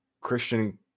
christian